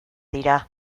dira